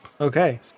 Okay